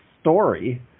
story